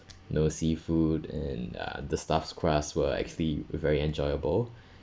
no seafood and uh the stuffed crust were actually very enjoyable